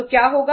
तो क्या होगा